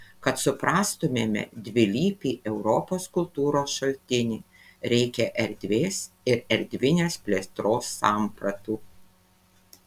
kad suprastumėme dvilypį europos kultūros šaltinį reikia erdvės ir erdvinės plėtros sampratų